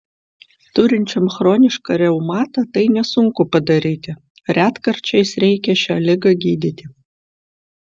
turinčiam chronišką reumatą tai nesunku padaryti retkarčiais reikia šią ligą gydyti